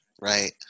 right